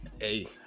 hey